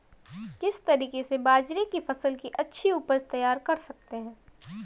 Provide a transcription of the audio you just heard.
किस तरीके से बाजरे की फसल की अच्छी उपज तैयार कर सकते हैं?